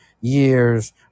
years